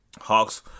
Hawks